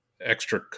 extra